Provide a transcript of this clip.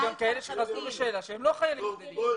יש כאלה שחזרו בשאלה והם לא חיילים בודדים.